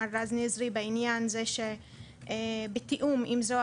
מר רז נזרי בעניין זה שבתיאום עם זרוע